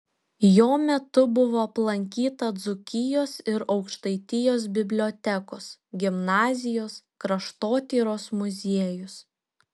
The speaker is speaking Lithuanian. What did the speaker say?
jo metu buvo aplankyta dzūkijos ir aukštaitijos bibliotekos gimnazijos kraštotyros muziejus